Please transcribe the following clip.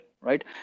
right